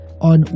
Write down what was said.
on